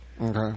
Okay